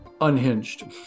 unhinged